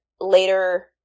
later